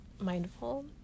mindful